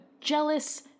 jealous